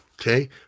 Okay